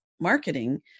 marketing